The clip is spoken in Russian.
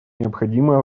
необходимо